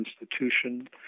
Institution